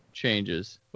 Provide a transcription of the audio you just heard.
changes